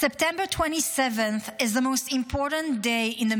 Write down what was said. "September 27th is the most important day in the